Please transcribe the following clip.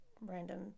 random